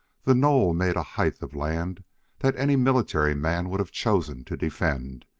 the knoll made a height of land that any military man would have chosen to defend,